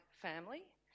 family